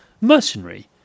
Mercenary